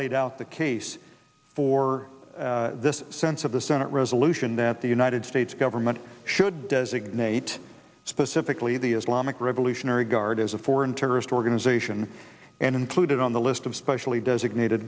laid out the case for this sense of the senate resolution that the united states government should designate specifically the islamic revolutionary guard as a foreign terrorist organization and included on the list of specially designated